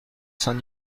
saint